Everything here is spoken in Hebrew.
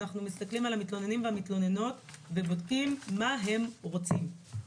אנחנו מסתכלים על המתלוננים והמתלוננות ובודקים מה הם רוצים.